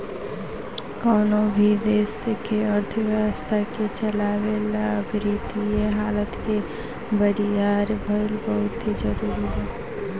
कवनो भी देश के अर्थव्यवस्था के चलावे ला वित्तीय हालत के बरियार भईल बहुते जरूरी बा